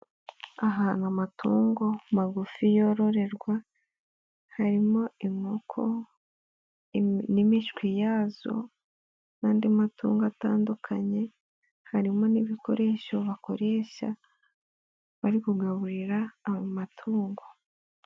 Ahantu amatungo magufi yororerwa harimo inkoko n'imishwi yazo n'andi matungo atandukanye, harimo n'ibikoresho bakoresha bari kugaburira amatungo.